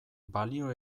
balio